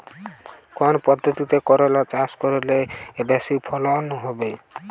কোন পদ্ধতিতে করলা চাষ করলে বেশি ফলন হবে?